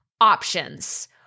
options